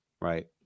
right